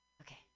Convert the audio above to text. Okay